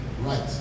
Right